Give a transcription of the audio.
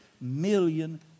million